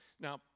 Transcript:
Now